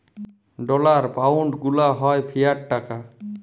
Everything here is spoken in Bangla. ডলার, পাউনড গুলা হ্যয় ফিয়াট টাকা